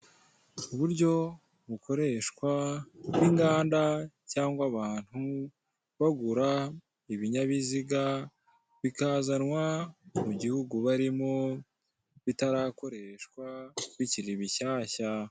Uburyo bukoreshwa n'inganda cyangwa abantu bagura ibinyabiziga bikazanwa mu gihugu barimo bitarakoreshwa bikiri bishyashya.